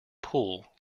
pool